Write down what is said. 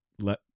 let